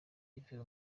yves